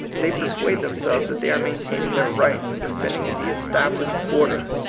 they persuade themselves that they are maintaining their rights, and defending the established order.